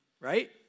Right